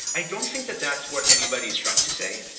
i don't think that that's what anybody is trying to say.